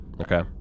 Okay